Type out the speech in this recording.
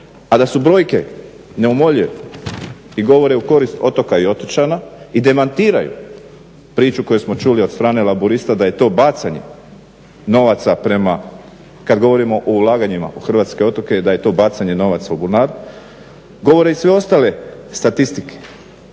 A da su brojke neumoljive i govore u korist otoka i otočana i demantiraju priču koju smo čuli od strane laburista da je to bacanje novca prema kada govorimo o ulaganjima u hrvatske otoke da je to bacanje novaca u bunar. Govore i sve ostale statistike,